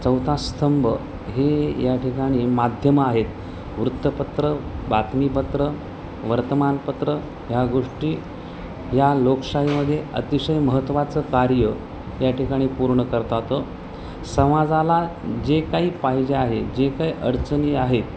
चौथा स्तंभ हे या ठिकाणी माध्यमं आहेत वृत्तपत्र बातमीपत्र वर्तमानपत्र ह्या गोष्टी या लोकशाहीमध्ये अतिशय महत्त्वाचं कार्य या ठिकाणी पूर्ण करतात समाजाला जे काही पाहिजे आहे जे काही अडचणी आहेत